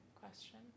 question